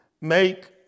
make